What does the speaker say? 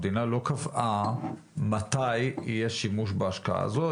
המדינה לא קבעה מתי יהיה שימוש בהשקעה הזאת.